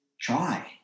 try